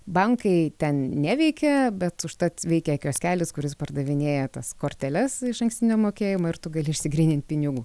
bankai ten neveikia bet užtat veikia kioskelis kuris pardavinėja tas korteles išankstinio mokėjimo ir tu gali išsigrynint pinigų